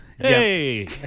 Hey